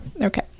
Okay